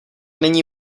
není